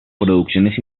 producciones